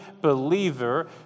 believer